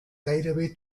gairebé